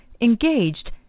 engaged